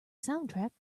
soundtrack